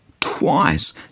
twice